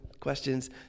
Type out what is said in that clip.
questions